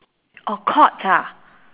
orh caught ah